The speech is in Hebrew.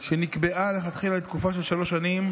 שנקבעה לכתחילה לתקופה של שלוש שנים,